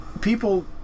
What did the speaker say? people